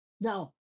Now